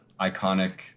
iconic